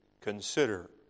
consider